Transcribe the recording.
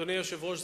אדוני היושב-ראש,